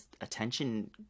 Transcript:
attention